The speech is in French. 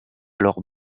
leurs